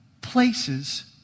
places